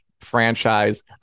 franchise